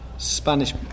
spanish